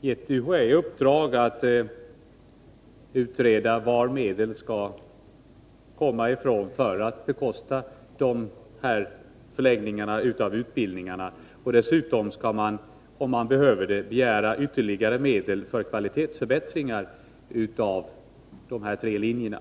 ge UHÄ i uppdrag att utreda var medlen skall komma ifrån för att bekosta de här förlängningarna av utbildningarna. Dessutom skall man, om man behöver det, begära ytterligare medel för kvalitetsförbättringar av de här tre linjerna.